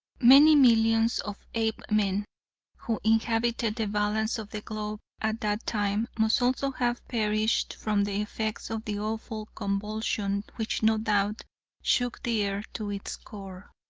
many millions of apemen who inhabited the balance of the globe at that time must also have perished from the effects of the awful convulsion which no doubt shook the earth to its core.